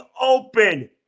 open